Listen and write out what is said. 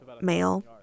male